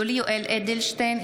(קוראת בשמות חברי הכנסת) יולי יואל אדלשטיין,